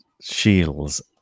shields